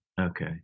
okay